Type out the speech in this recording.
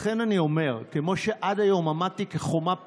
לכן אני אומר, כמו שעד היום עמדתי כחומה בצורה,